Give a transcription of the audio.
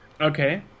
Okay